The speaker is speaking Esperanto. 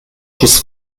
ĝis